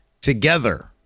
together